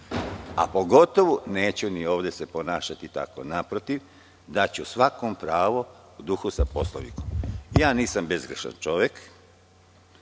a pogotovo se neću ovde ponašati tako. Naprotiv, daću svakom pravo u duhu sa Poslovnikom. Nisam bezgrešan čovek